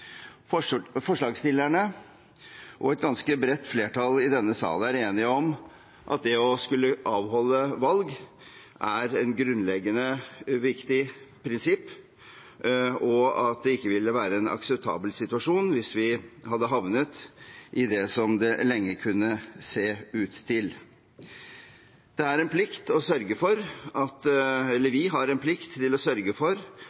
Forslagsstillerne og et ganske bredt flertall i denne sal er enige om at det å skulle avholde valg er et grunnleggende viktig prinsipp, og at det ikke ville være en akseptabel situasjon hvis vi hadde havnet i det som det lenge kunne se ut til. Vi har en plikt til å sørge for at